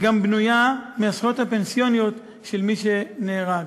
בנויה מהזכויות הפנסיוניות של מי שנהרג.